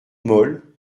molle